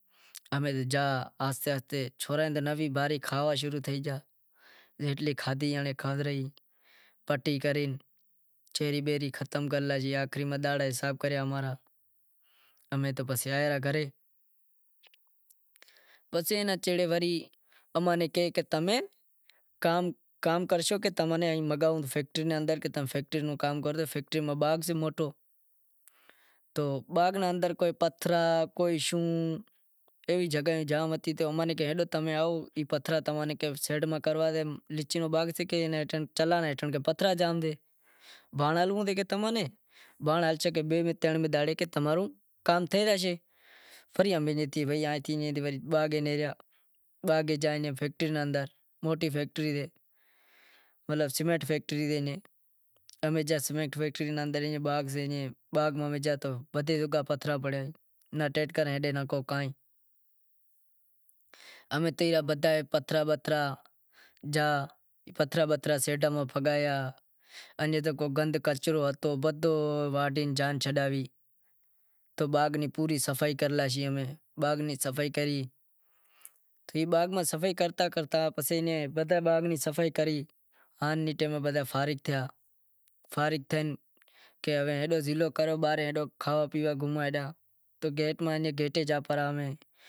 چھورا نوا ہتا کھاوا شروع تھے گیا آخری حساب کریا پسے امیں آیا را گھرے پسے فون کریو کہ تمیں کام کرشو کہ تمیں منگائوں فیکٹری نیں اندر فیکٹری میں باغ سے موٹو تو باغ نی اندر پتھراں کوئی شوں، تو موں نیں کیدو کہ پتھرا ہٹائو، پتھرا بتھرا سیڈاں میں پھگایا ان کو گند کچرو ہتو ای بدہو واڈھے جان چھڈائی باغ نیں پوری صفائی کرے لاشے امیں، باغ میں صفائی کتا کرتا بدہے باغ نیں صفائی کرے پسے زایا